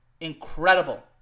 incredible